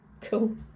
Cool